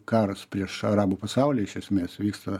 karas prieš arabų pasaulį iš esmės vyksta